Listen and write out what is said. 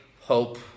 hope